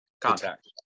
Contact